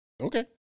Okay